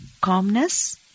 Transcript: calmness